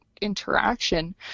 interaction